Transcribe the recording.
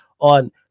on